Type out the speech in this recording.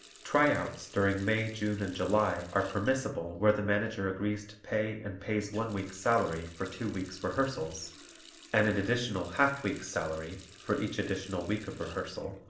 tryouts during may, june and july are permissible where the manager agrees to pay and pays one week's salary for two weeks' rehearsals and an additional half week's salary for each additional week of rehearsal,